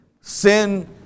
sin